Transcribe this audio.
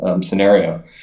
scenario